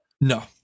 No